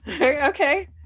Okay